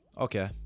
Okay